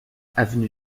avenue